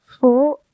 four